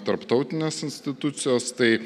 tarptautinės institucijos tai